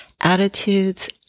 attitudes